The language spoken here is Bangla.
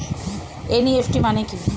এন.ই.এফ.টি মানে কি?